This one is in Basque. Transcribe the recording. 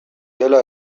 dela